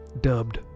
dubbed